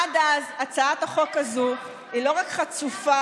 עד אז הצעת החוק הזאת היא לא רק חצופה